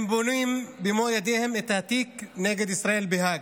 הם בונים במו ידיהם את התיק נגד ישראל בהאג.